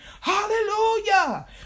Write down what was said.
hallelujah